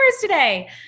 today